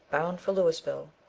bound for louisville,